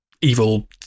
evil